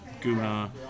Guna